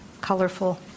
colorful